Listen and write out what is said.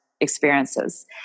experiences